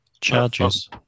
Charges